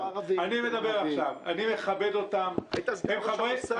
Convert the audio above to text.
אני מכבד אותם --- היית סגן ראש המוסד.